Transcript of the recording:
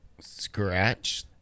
Scratch